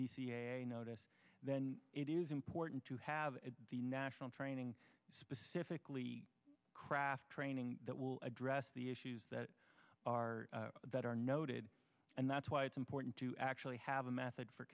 a notice then it is important to have at the national training specifically craft training that will address the issues that are that are noted and that's why it's important to actually have a method for